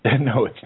No